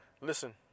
Listen